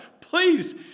Please